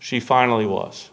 she finally was